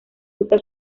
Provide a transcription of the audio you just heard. busca